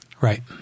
Right